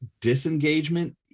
disengagement